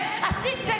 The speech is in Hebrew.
כן, עשיתי.